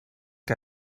que